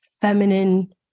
feminine